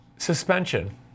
suspension